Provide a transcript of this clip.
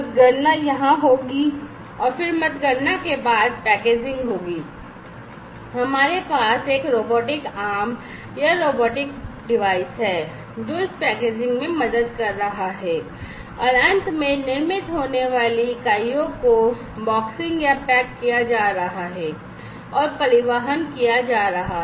मतगणना यहां होगी और फिर मतगणना के बाद पैकेजिंग होगी हमारे पास एक रोबोटिक आर्म या रोबोट डिवाइस है जो इस पैकेजिंग में मदद कर रहा है और अंत में निर्मित होने वाली इकाइयों को बॉक्सिंग या पैक किया जा रहा है और परिवहन किया जा रहा है